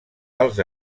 als